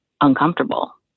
uncomfortable